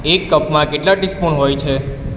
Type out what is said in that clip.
એક કપમાં કેટલા ટીસ્પૂન હોય